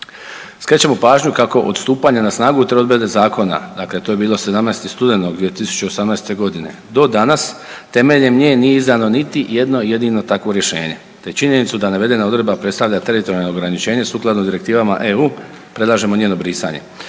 Skrećemo pažnju kako od stupanja na snagu … odredbe zakona dakle to je bilo 17. studenog 2018.g. do danas temeljem nije ni izdano niti jedno jedino takvo rješenje te činjenicu da navedena odredba predstavlja teritorijalno ograničenje sukladno direktivama EU predlažemo njeno brisanje.